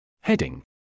Heading